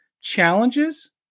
challenges